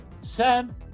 Sam